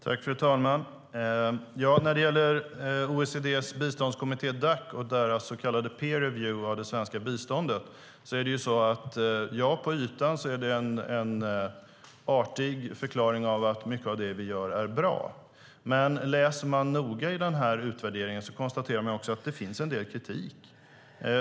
Fru talman! När det gäller OECD:s biståndskommitté Dac och deras så kallade peer review av det svenska biståndet är det på ytan en artig förklaring av att mycket av det vi gör är bra. Men om man läser utvärderingen noga kan man också konstatera att det finns en del kritik.